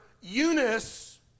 Eunice